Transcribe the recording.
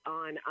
on